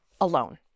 alone